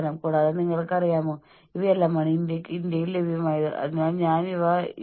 ഒരു വ്യക്തിയോട് പറയുന്ന അവ്യക്തമായ കാര്യമാണ് അതെന്ന് ഞാൻ കരുതുന്നു